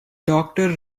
doctor